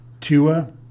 Tua